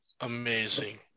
amazing